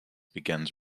begins